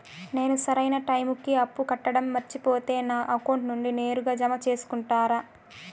నేను సరైన టైముకి అప్పు కట్టడం మర్చిపోతే నా అకౌంట్ నుండి నేరుగా జామ సేసుకుంటారా?